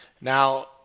Now